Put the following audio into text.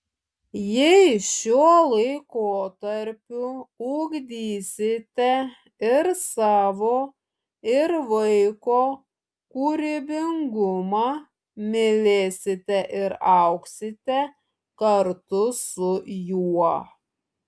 jei šiuo laikotarpiu ugdysite ir savo ir vaiko kūrybingumą mylėsite ir augsite kartu su juo